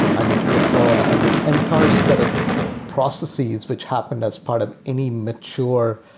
i need to deploy. the entire set of processes which happened as part of any mature,